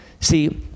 See